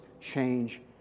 change